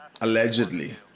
Allegedly